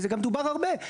וזה גם דובר הרבה,